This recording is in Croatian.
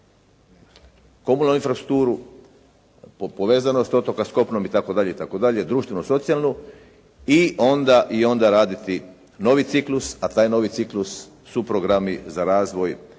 komunalnu infrastrukturu, povezanosti otoka s kopnom itd. itd., društveno-socijalnu i onda raditi novi ciklus, a taj novi ciklus su programi za razvoj